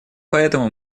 поэтому